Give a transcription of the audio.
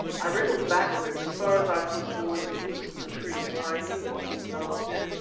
i wriggled backwards as far as i could towards the roots of the tree, for i knew what he was after.